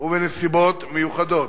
ובנסיבות מיוחדות.